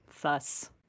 thus